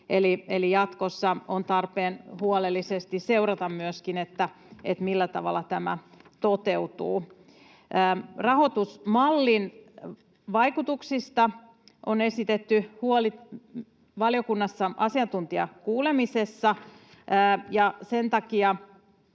jatkossa on tarpeen huolellisesti seurata myöskin, millä tavalla tämä toteutuu. Rahoitusmallin vaikutuksista on esitetty huoli valiokunnassa asiantuntijakuulemisessa,